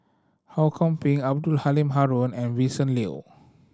Ho Kwon Ping Abdul Halim Haron and Vincent Leow